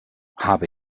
habe